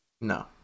No